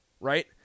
Right